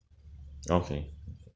okay